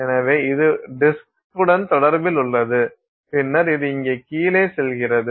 எனவே இது டிஸ்க் உடன்தொடர்பில் உள்ளது பின்னர் இது இங்கே கீழே செல்கிறது